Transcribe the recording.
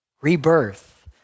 rebirth